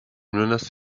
menace